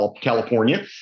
California